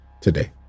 today